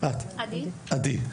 עדי,